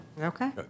Okay